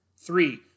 Three